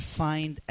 find